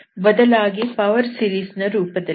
ಬದಲಾಗಿ power series ನ ರೂಪದಲ್ಲಿದೆ